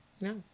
No